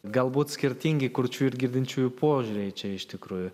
galbūt skirtingi kurčiųjų ir girdinčiųjų požiūriai čia iš tikrųjų